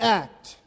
act